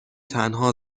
تنها